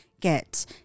get